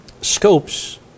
scopes